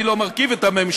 אני לא מרכיב את הממשלה,